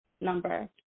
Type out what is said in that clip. Number